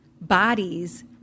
bodies